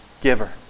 giver